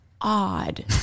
odd